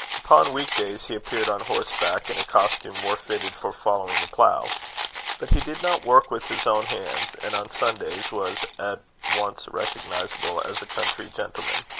upon week-days, he appeared on horseback in a costume more fitted for following the plough but he did not work with his own hands and on sundays was at once recognizable as a country gentleman.